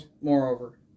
moreover